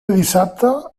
dissabte